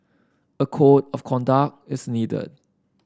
a code of conduct is needed